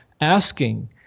asking